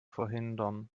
verhindern